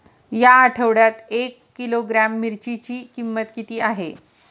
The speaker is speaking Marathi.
या आठवड्यात एक किलोग्रॅम मिरचीची किंमत किती आहे?